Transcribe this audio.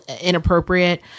inappropriate